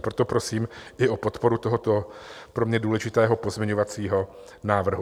Proto prosím i o podporu tohoto pro mě důležitého pozměňovacího návrhu.